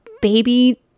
baby